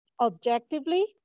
objectively